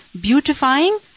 Beautifying